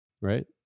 Right